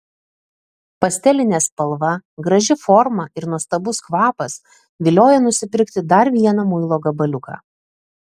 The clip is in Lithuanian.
pastelinė spalva graži forma ir nuostabus kvapas vilioja nusipirkti dar vieną muilo gabaliuką